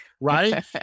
right